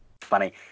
funny